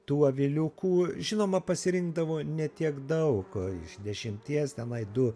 tų aviliukų žinoma pasirinkdavo ne tiek daug iš dešimties tenai du